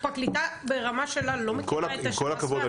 פרקליטה ברמה שלה לא מכירה את --- עם כל הכבוד,